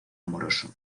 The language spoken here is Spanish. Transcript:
amoroso